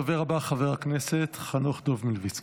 הדובר הבא, חבר הכנסת חנוך דב מלביצקי.